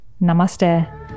Namaste